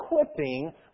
equipping